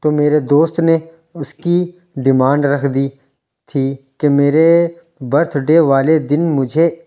تو میرے دوست نے اس کی ڈیمانڈ رکھ دی تھی کہ میرے برتھ ڈے والے دن مجھے